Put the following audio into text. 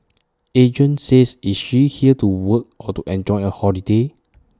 agent says is she here to work or to enjoy A holiday